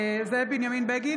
(קוראת בשמות חברי הכנסת) זאב בנימין בגין,